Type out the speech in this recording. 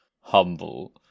humble